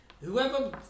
whoever